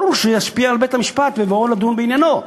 ברור שהוא ישפיע על בית-המשפט בבואו לדון בעניינו.